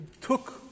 took